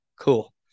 cool